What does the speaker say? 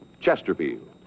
Chesterfield